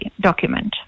document